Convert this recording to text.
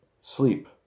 sleep